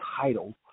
title